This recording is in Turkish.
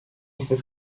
siz